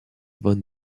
von